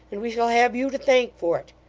and we shall have you to thank for it.